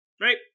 Right